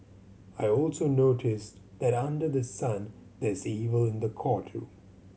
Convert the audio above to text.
I also noticed that under the sun there is evil in the courtroom